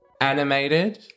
animated